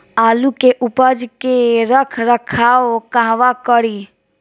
आलू के उपज के रख रखाव कहवा करी?